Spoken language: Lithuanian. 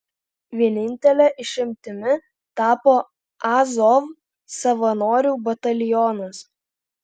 vienintele išimtimi tapo azov savanorių batalionas